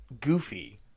Goofy